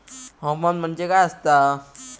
हवामान म्हणजे काय असता?